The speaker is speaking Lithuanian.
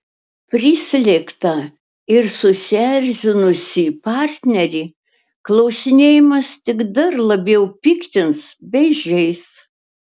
prislėgtą ir susierzinusį partnerį klausinėjimas tik dar labiau piktins bei žeis